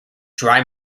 dry